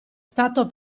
stato